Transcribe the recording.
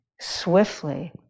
swiftly